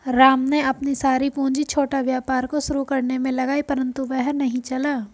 राम ने अपनी सारी पूंजी छोटा व्यापार को शुरू करने मे लगाई परन्तु वह नहीं चला